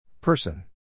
Person